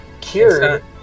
cured